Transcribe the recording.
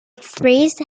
thrace